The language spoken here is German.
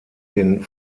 den